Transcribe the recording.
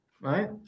Right